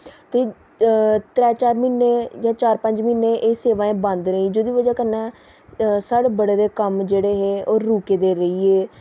त्रै चार म्हीने जां चार पंज म्हीने एह् सेवाएं बंद रेही जेह्दी ब'जा कन्नै साढ़े बड़े सारे कम्म जेह्ड़े हे ओह् रुके दे रेही गे